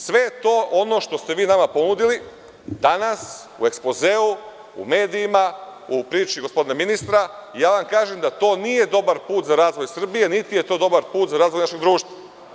Sve je to ono što ste vi nama ponudili, a danas u ekspozeu, u medijima, u priči gospodina ministra, ja kažem da to nije dobar put za razvoj Srbije niti je to dobar put za razvoj našeg društva.